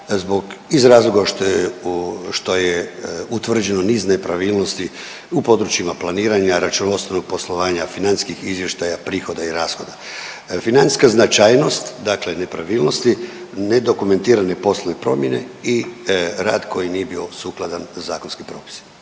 iz razloga što je, što je utvrđeno niz nepravilnosti u područjima planiranja računovodstvenog poslovanja, financijskih izvještaja, prihoda i rashoda. Financijska značajnost dakle nepravilnosti nedokumentirane poslovne promjene i rad koji nije bio sukladan zakonskim propisima.